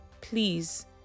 Please